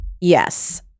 Yes